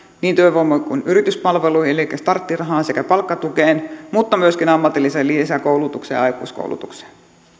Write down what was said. niin työvoima kuin yrityspalveluihin elikkä starttirahaan sekä palkkatukeen mutta myöskin ammatilliseen lisäkoulutukseen ja aikuiskoulutukseen